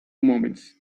moments